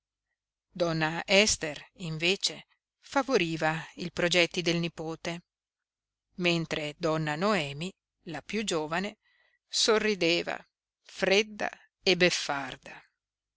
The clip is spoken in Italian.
donna ester invece favoriva i progetti del nipote mentre donna noemi la piú giovane sorrideva fredda e beffarda